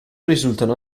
risultano